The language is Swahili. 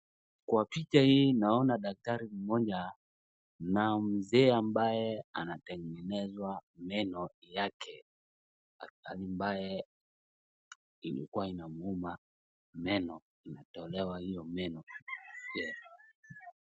Kwa picha hii naona daktari mmoja, na mzee ambaye anatengenezwa meno yake, ambaye ilikuwa inamuuma. Meno inatolewa hilo meno.[Yeah].